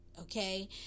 okay